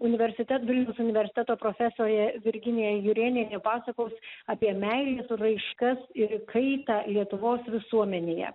universiteto vilniaus universiteto profesorė virginija jurėnienė pasakos apie meilės raiškas ir kaitą lietuvos visuomenėje